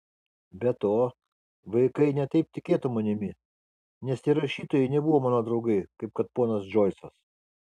be to vaikai ne taip tikėtų manimi nes tie rašytojai nebuvo mano draugai kaip kad ponas džoisas